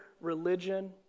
religion